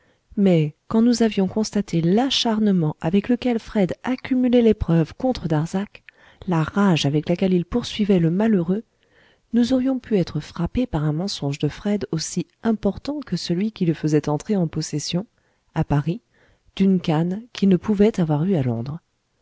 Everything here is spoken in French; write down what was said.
mais quand nous avions constaté l'acharnement avec lequel fred accumulait les preuves contre darzac la rage avec laquelle il poursuivait le malheureux nous aurions pu être frappés par un mensonge de fred aussi important que celui qui le faisait entrer en possession à paris d'une canne qu'il ne pouvait avoir eue à londres